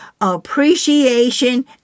appreciation